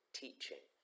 teaching